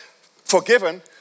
forgiven